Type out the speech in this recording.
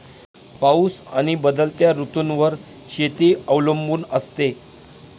पाऊस आणि बदलत्या ऋतूंवर शेती अवलंबून असते